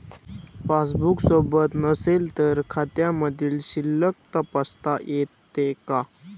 Passbook सोबत नसेल तर खात्यामधील शिल्लक तपासता येते का?